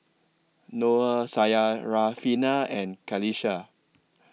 Noah Syarafina and Qalisha